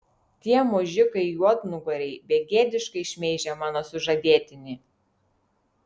tie mužikai juodnugariai begėdiškai šmeižia mano sužadėtinį